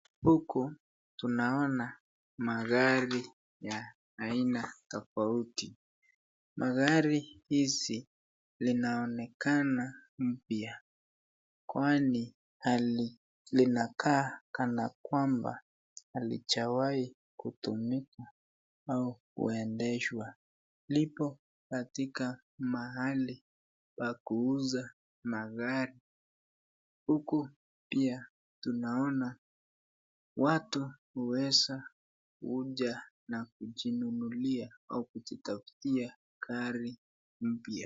Huku tunaona magari ya aina tofauti .Magari hizi linaonekana mpya, kwani linakaa kanakwamba halijawai kutumika au kuendeshwa .Lipo katika mahali pa kuuza magari huku pia tunanaona watu wanaeza kuja na kujinunulia au kujitafutia gari mpya .